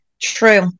True